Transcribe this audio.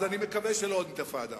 אני מקווה שלא עוד אינתיפאדה,